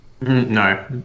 No